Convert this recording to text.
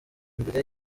mbere